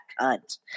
cunt